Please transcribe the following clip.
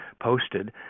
posted